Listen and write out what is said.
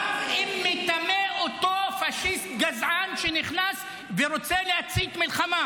גם אם מטמא אותו פשיסט גזען שנכנס ורוצה להצית מלחמה